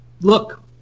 look